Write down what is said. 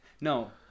No